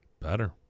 Better